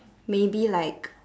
maybe like